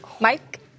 Mike